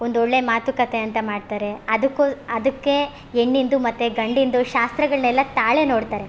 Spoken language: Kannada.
ಒಂದೊಳ್ಳೆ ಮಾತುಕತೆ ಅಂತ ಮಾಡ್ತಾರೆ ಅದಕ್ಕೊ ಅದಕ್ಕೆ ಹೆಣ್ಣಿಂದು ಮತ್ತೆ ಗಂಡಿಂದು ಶಾಸ್ತ್ರಗಳನ್ನೆಲ್ಲ ತಾಳೆ ನೋಡ್ತಾರೆ